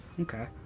okay